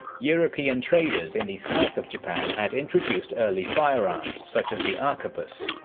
european traders in the south of japan had introduced early firearms such as the arquebus.